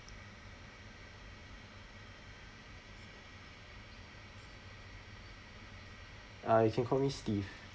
uh you can call me steve